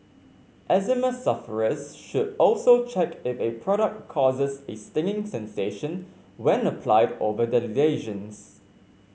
eczema sufferers should also check if a product causes a stinging sensation when applied over their lesions